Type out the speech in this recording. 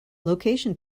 location